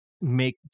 make